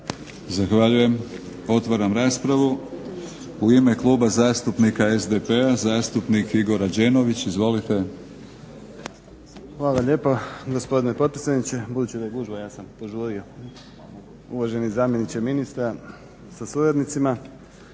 Zahvaljujem. Otvaram raspravu. U ime Kluba zastupnika SDP-a zastupnik Igor Rađenović. Izvolite. **Rađenović, Igor (SDP)** Hvala lijepa gospodine potpredsjedniče. Budući da je gužva ja sam požurio. Uvaženi zamjeniče ministra sa suradnicima,